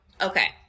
Okay